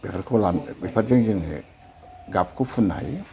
बेफोरजों जोङो गाबखौ फुननो हायो